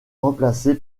remplacé